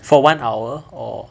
for one hour or